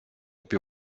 più